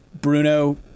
Bruno